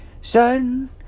Sun